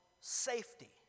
safety